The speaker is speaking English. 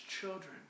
children